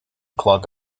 clog